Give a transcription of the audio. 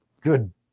good